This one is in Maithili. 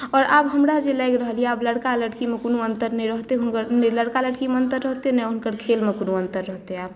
आओर आब हमरा जे लागि रहल यए आब लड़का लड़कीमे कोनो अन्तर नहि रहतै ने लड़का लड़कीमे अन्तर रहतै ने हुनकर खेलमे कोनो अन्तर रहतै आब